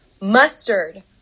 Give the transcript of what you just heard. mustard